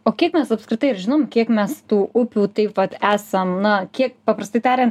o kiek mes apskritai ar žinom kiek mes tų upių taip vat esam na kiek paprastai tariant